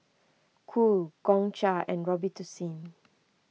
Cool Gongcha and Robitussin